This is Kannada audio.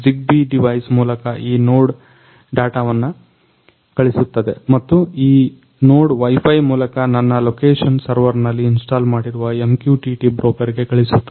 Zigbee ಡಿವೈಸ್ ಮೂಲಕ ಈ ನೋಡ್ ಡಾಟವನ್ನ ಕಳಿಸುತ್ತದೆ ಮತ್ತು ಈ ನೋಡ್ Wi Fi ಮೂಲಕ ನನ್ನ ಲೋಕಲ್ ಸರ್ವರ್ನಲ್ಲಿ ಇನ್ಸ್ಟಾಲ್ ಮಾಡಿರುವ MQTTಬ್ರೋಕರ್ಗೆ ಕಳಿಸುತ್ತದೆ